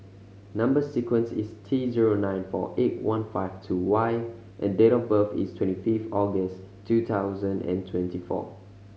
number sequence is T zero nine four eight one five two Y and date of birth is twenty fifth August two thousand and twenty four